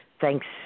Thanks